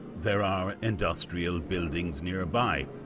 there are industrial buildings nearby.